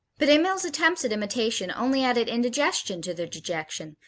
but emil's attempts at imitation only added indigestion to their dejection,